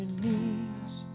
knees